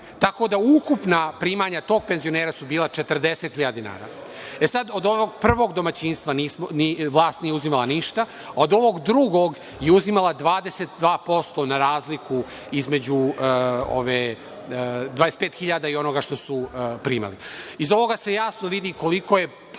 tako da ukupna primanja tog penzionera su bila 40.000 dinara. E, sada, od ovog prvog domaćinstva vlast nije uzimala ništa, a od ovog drugog je uzimala 22% na razliku između 25.000 i onoga što su primali. Iz ovoga se jasno vidi koliko potpuno